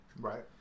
Right